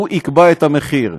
הוא יקבע את המחיר.